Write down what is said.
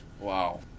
Wow